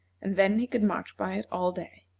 and then he could march by it all day.